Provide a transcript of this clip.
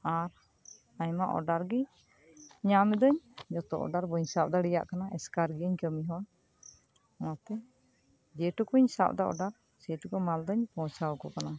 ᱟᱨ ᱟᱭᱢᱟ ᱚᱰᱟᱨᱜᱮ ᱧᱟᱢ ᱮᱫᱟᱹᱧ ᱡᱷᱚᱛᱚ ᱚᱨᱰᱟᱨ ᱵᱟᱹᱧ ᱥᱟᱵ ᱫᱟᱲᱮᱹᱭᱟᱜ ᱠᱟᱱᱟ ᱮᱥᱠᱟᱨ ᱜᱤᱭᱟᱹᱧ ᱠᱟᱹᱢᱤ ᱦᱚᱸ ᱚᱱᱟᱛᱮ ᱡᱮᱴᱩᱠᱩᱧ ᱥᱟᱵ ᱮᱫᱟ ᱚᱨᱰᱟᱨ ᱥᱮᱴᱩᱠᱩ ᱢᱟᱞ ᱫᱩᱧ ᱯᱳᱣᱪᱷᱟᱣ ᱟᱠᱚ ᱠᱟᱱᱟ